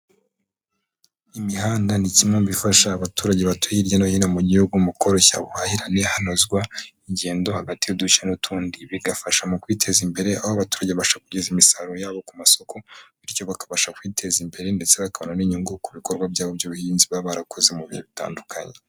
Imihanda ni kimwe mubifasha abaturage batuye hirya no hino mu gihugu, mu koroshya ubuhahirane hanozwa ingendo hagati y'uduce n'utundi, bigafasha mu kwiteza imbere. Aho abaturage babasha kugeza imisaruro yabo ku masoko, bityo bakabasha kwiteza imbere ndetse bakabona n'inyungu ku bikorwa byabo by'ubuhinzi, baba barakoze mu bihe bitandukanye.